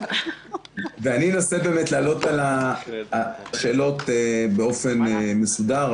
אני אנסה באמת לענות על השאלות באופן מסודר.